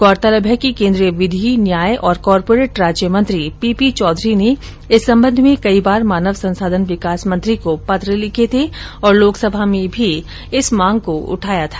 गौरतलब है कि केंद्रीय विधि न्याय एवं कॉर्पोरेट राज्य मंत्री पीपी चौधरी ने इस संबंध में कई बार मानव संसाधन विकास मंत्री को पत्र लिखे थे और लोकसभा में भी इस मांग को उठाया था